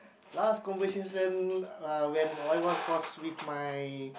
last conversation uh when I was was with my